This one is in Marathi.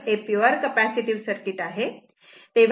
तर हे पीवर कॅपॅसिटीव्ह सर्किट आहे